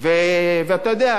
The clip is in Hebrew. ואתה יודע,